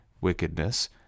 wickedness